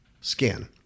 skin